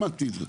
למדתי את זה,